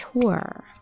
tour